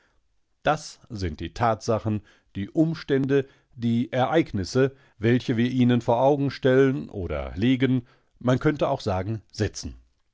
das sind die tatsachen die umstände die ereignisse welche wir ihnen vor augen stellen oder legen man könnte auch sagen setzen